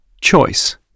Choice